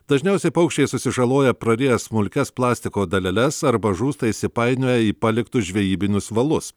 dažniausiai paukščiai susižaloja prariję smulkias plastiko daleles arba žūsta įsipainioję į paliktus žvejybinius valus